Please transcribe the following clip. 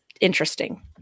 interesting